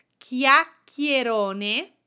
Chiacchierone